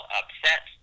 upset